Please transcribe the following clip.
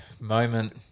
moment